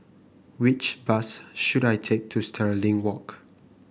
which bus should I take to Stirling Walk